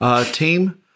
Team